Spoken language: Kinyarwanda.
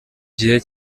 gihe